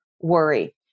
worry